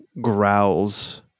growls